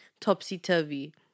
topsy-turvy